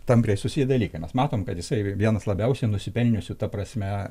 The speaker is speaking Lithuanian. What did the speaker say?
tampriai susiję dalykai mes matom kad jisai vienas labiausiai nusipelniusių ta prasme